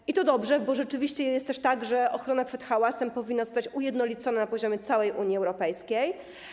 I to dobrze, bo rzeczywiście jest też tak, że ochrona przed hałasem powinna zostać ujednolicona na poziomie całej Unii Europejskiej.